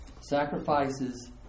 sacrifices